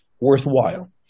worthwhile